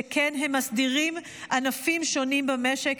שכן הם מסדירים ענפים שונים במשק,